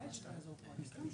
תקציבים.